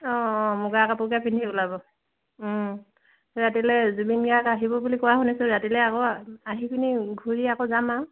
অঁ অঁ মুগাৰ কাপোৰকে পিন্ধি ওলাব ৰাতিলৈ জুবিন গাৰ্গ আহিব বুলি কোৱা শুনিছোঁ ৰাতিলৈ আকৌ আহি পিনি ঘূৰি আকৌ যাম আৰু